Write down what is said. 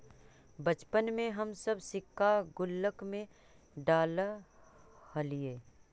बचपन में हम सब सिक्का गुल्लक में डालऽ हलीअइ